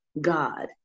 God